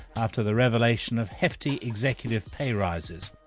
after the revelation of hefty executive pay rises.